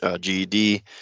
GED